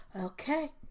okay